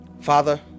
Father